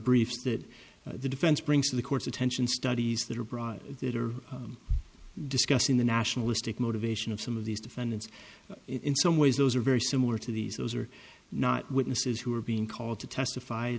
briefs that the defense brings to the court's attention studies that are abroad that are discussing the nationalistic motivation of some of these defendants in some ways those are very similar to these those are not witnesses who are being called to testify